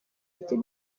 ati